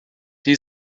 die